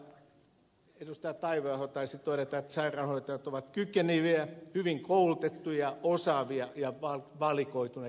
taiveaho taisi todeta että sairaanhoitajat ovat kykeneviä ja hyvin koulutettuja osaavia ja valikoituneita ihmisiä